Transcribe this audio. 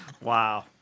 Wow